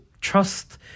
Trust